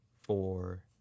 four